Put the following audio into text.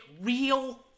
real